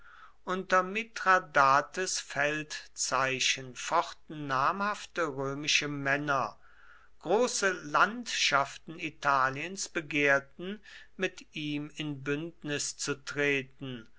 unter mithradates feldzeichen fochten namhafte römische männer große landschaften italiens begehrten mit ihm in bündnis zu treten